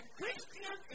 Christian